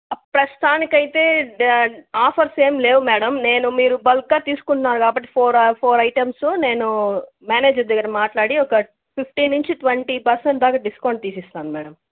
ప్రస్తుతానికైతే ఆఫర్స్ ఏం లేవు మేడం నేను మీరు బల్క్గా తీస్కున్నారు కాబట్టి ఫోర్ ఆ ఫోర్ ఐటెమ్స్ నేను మేనేజర్ దగ్గర మాట్లాడి ఒక ఫిఫ్టీ నించి ట్వంటీ పర్సెంట్ దాక డిస్కౌంట్ తీసిస్తాను మేడం